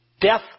death